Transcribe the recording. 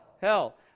hell